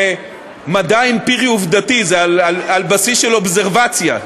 זה מדע אמפירי עובדתי, זה על בסיס של אובזרבציה.